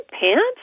pants